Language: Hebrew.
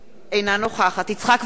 אינה נוכחת יצחק וקנין,